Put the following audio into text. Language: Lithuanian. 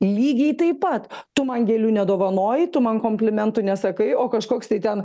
lygiai taip pat tu man gėlių nedovanoji tu man komplimentų nesakai o kažkoks tai ten